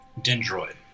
Dendroid